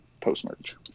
post-merge